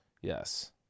Yes